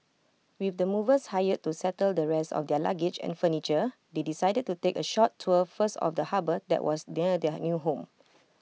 with the movers hired to settle the rest of their luggage and furniture they decided to take A short tour first of the harbour that was near their new home